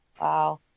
Wow